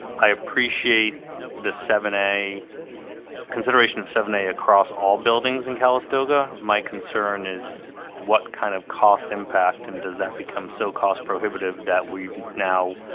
i appreciate the seven a consideration of seven a across all buildings in calistoga my concern is what kind of cost impact and does that become so cost prohibitive that we've now?